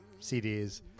CDs